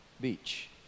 beach